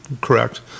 Correct